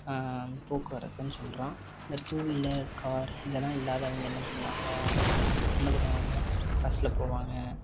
போக்குவரத்துன்னு சொல்கிறோம் இந்த two wheeler car இதெல்லாம் இல்லாதவங்க என்ன பண்ணுவாங்க என்ன பண்ணுவாங்க பஸ்ஸில் போவாங்க